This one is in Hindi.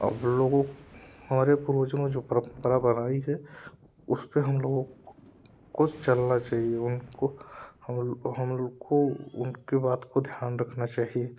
अब लोगों को हमारे पूर्वजों ने जो परंपरा बनाई है उस पर हम लोग को चलना चाहिए उनको हम लोगों को उनकी बात को ध्यान रखना चाहिए